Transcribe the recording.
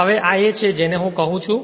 હવે આ એ છે જેને હું કહું છું